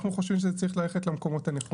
אנחנו חושבים שזה צריך ללכת למקומות הנכונים.